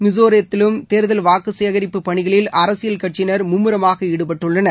மிசோரத்திலும் தேர்தல் வாக்கு சேகரிப்பு பணிகளில் அரசியல் கட்சியினர் மும்முரமாக ஈடுபட்டுள்ளனர்